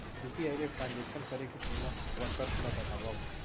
UPI ले transaction करे के सीमा व शर्त ला बतावव?